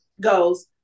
goes